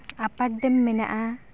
ᱟᱯᱟᱨ dam ᱢᱮᱱᱟᱜᱼᱟ